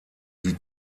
die